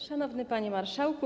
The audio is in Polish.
Szanowny Panie Marszałku!